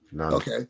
Okay